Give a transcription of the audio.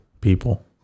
people